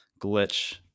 glitch